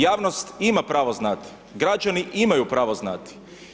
Javnost ima pravo znati, građani imaju pravo znati.